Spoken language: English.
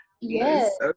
yes